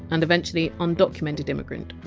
and eventually! undocumented immigrant, or!